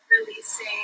Releasing